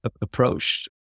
approached